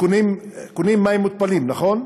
קונים מים מותפלים, נכון?